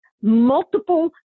multiple